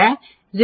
025 மற்றும் 0